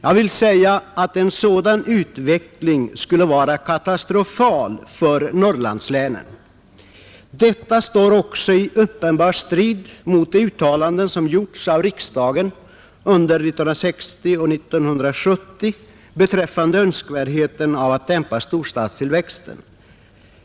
Jag vill säga att en sådan utveckling skulle vara katastrofal för Norrlandslänen, Den står också i uppenbar strid mot de uttalanden som gjorts av riksdagen under 1960 och 1970 beträffande önskvärdheten av att dämpa storstadstillväxten.